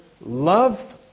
love